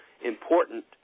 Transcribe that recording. important